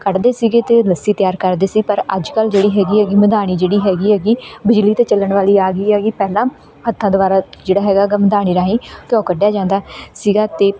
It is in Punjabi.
ਕੱਢਦੇ ਸੀਗੇ ਅਤੇ ਲੱਸੀ ਤਿਆਰ ਕਰਦੇ ਸੀ ਪਰ ਅੱਜ ਕੱਲ੍ਹ ਜਿਹੜੀ ਹੈਗੀ ਹੈਗੀ ਮਧਾਣੀ ਜਿਹੜੀ ਹੈਗੀ ਹੈਗੀ ਬਿਜਲੀ 'ਤੇ ਚੱਲਣ ਵਾਲੀ ਆ ਗਈ ਹੈਗੀ ਪਹਿਲਾਂ ਹੱਥਾਂ ਦੁਆਰਾ ਜਿਹੜਾ ਹੈਗਾ ਹੈਗਾ ਮਧਾਣੀ ਰਾਹੀਂ ਘਿਓ ਕੱਢਿਆ ਜਾਂਦਾ ਸੀਗਾ ਅਤੇ